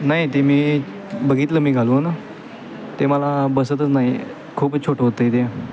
नाही ती मी बघितलं मी घालून ते मला बसतच नाही खूपच छोटं होत आहे ते